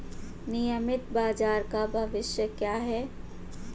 नियमित बाजार का भविष्य क्या है?